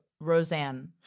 Roseanne